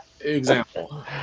Example